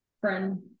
friend